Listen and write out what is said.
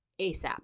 ASAP